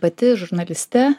pati žurnaliste